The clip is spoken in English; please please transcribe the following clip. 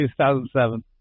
2007